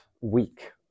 week